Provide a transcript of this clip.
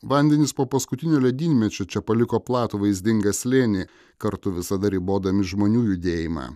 vandenys po paskutinio ledynmečio čia paliko platų vaizdingą slėnį kartu visada ribodami žmonių judėjimą